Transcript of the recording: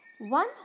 One